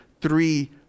three